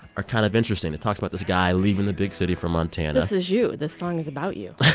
are kind of interesting. it talks about this guy leaving the big city for montana this is you. this song is about you